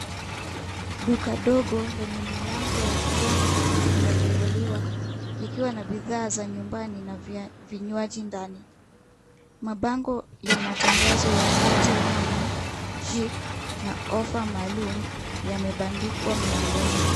Duka dogo lenye milango ya kijani limefunguliwa likiwa na bidhaa za nyumbani na vinywaji ndani. Mabango ya matangazo ya Airtelmoney, Jik , na Ofa maalum yamebandikwa mlangoni.